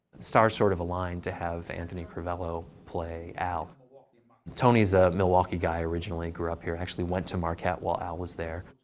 stars sort of aligned to have anthony crivello play al. but tony's a milwaukee guy. originally grew up here. actually went to marquette while al was there.